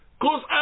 Cause